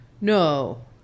No